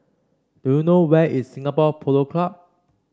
do you know where is Singapore Polo Club